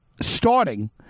starting